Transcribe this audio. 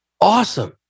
Awesome